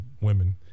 women